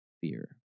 fear